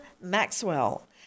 Maxwell